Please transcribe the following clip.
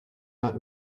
not